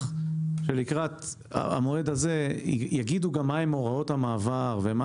שלקראת המועד הזה יגידו גם מה הוראות המעבר ומה